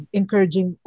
encouraging